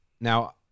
now